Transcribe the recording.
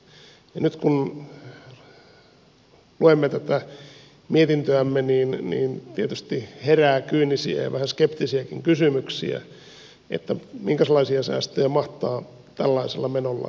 nyt kun luemme tätä mietintöämme tietysti herää kyynisiä ja vähän skeptisiäkin kysymyksiä että minkälaisia säästöjä mahtaa tällaisella menolla syntyä